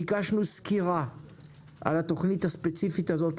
ביקשנו סקירה על התוכנית הספציפית הזאת,